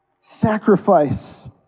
sacrifice